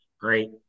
great